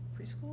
preschool